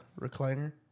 recliner